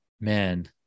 Man